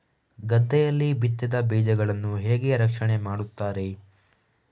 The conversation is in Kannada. ಗದ್ದೆಯಲ್ಲಿ ಬಿತ್ತಿದ ಬೀಜಗಳನ್ನು ಹೇಗೆ ರಕ್ಷಣೆ ಮಾಡುತ್ತಾರೆ?